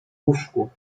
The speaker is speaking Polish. łóżku